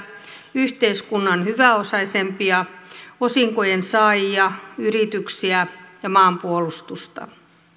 yhteiskunnan hyväosaisempia osinkojen saajia yrityksiä ja maanpuolustusta